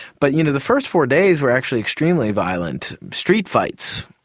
but you know the first four days were actually extremely violent street fights,